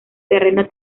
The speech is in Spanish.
terreno